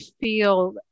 feel